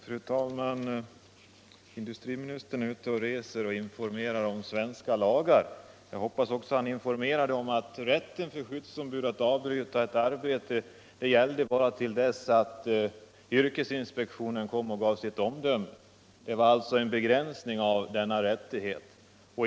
Fru talman! Industriministern är ute och reser och informerar om svenska lagar. Jag hoppas att han då också informerar om att rätten för skyddsombud att avbryta ett arbete bara gäller till dess att yrkesinspektionen kommer och avger sitt omdöme. Det är alltså en begränsning av denna rättighet.